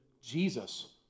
Jesus